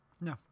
No